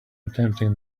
attempting